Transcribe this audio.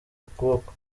ukuboko